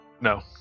No